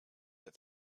that